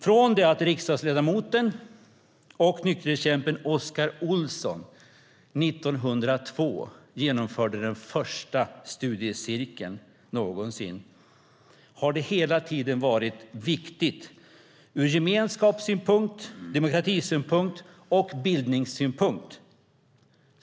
Från det att riksdagsledamoten och nykterhetskämpen Oscar Olsson 1902 genomförde den första studiecirkeln någonsin har studiecirkeln hela tiden varit viktig ur gemenskaps-, demokrati och bildningssynpunkt.